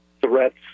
threats